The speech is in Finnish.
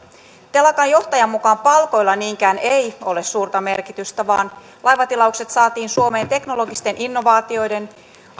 telakan johtajan mukaan palkoilla niinkään ei ole suurta merkitystä vaan laivatilaukset saatiin suomeen teknologisten innovaatioiden